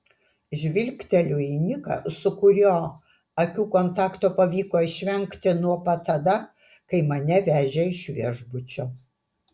žvilgteliu į niką su kuriuo akių kontakto pavyko išvengti nuo pat tada kai mane vežė iš viešbučio